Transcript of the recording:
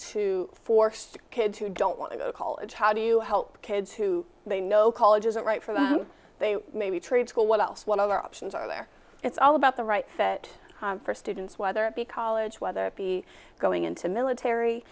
to for kids who don't want to go to college how do you help kids who they know college isn't right for them they may be trade school what else what other options are there it's all about the right fit for students whether it be college whether it be going into military